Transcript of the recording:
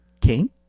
King